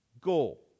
goal